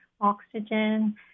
oxygen